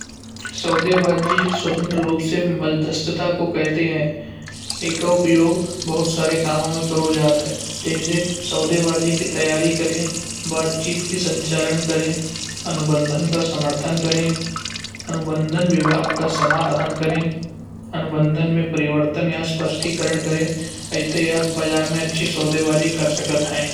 सौदेबाजी स्वतंत्र रूप से मज़दाश्ता को कहते हैं। एक उपयोग बहुत सारे कामों में करो जात है तो इसे सौदेबाजी की तैयारी करें बातचीत की संचालन करें अनुबंध का समर्थन करें। अनुबंध विवाद का समाधान करें अनुबंध में परिवर्तन या स्पष्टिकरण करें आते या बाज़ार में अच्छी सौदेबाजी कर सकत है।